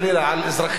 על אזרחי המדינה,